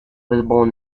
visible